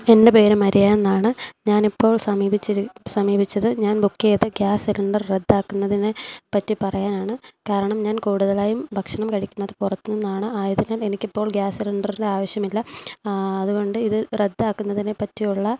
എൻ്റെ പേര് മരിയ എന്നാണ് ഞാൻ ഇപ്പോൾ സമീപിച്ചത് ഞാൻ ബുക്ക് ചെയ്ത ഗ്യാസ് സിലിണ്ടർ റദ്ദാക്കുന്നതിനെപ്പറ്റി പറയാനാണ് കാരണം ഞാൻ കൂടുതലായും ഭക്ഷണം കഴിക്കുന്നത് പുറത്തുനിന്നാണ് ആയതിനാൽ എനിക്കിപ്പോൾ ഗ്യാസ് സിലിണ്ടറിൻ്റെ ആവശ്യമില്ല അതുകൊണ്ട് ഇത് റദ്ദാക്കുന്നതിക്കുന്നതിനെ പറ്റിയുള്ള